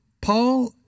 Paul